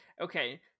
okay